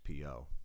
PO